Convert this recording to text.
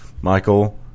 michael